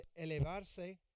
elevarse